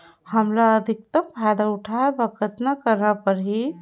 हमला अधिकतम फायदा उठाय बर कतना करना परही?